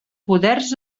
poders